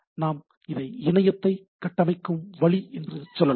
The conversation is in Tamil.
நான் இதை இணையத்தை கட்டமைக்கும் வழி என்று சொல்லலாம்